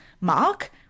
mark